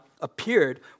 appeared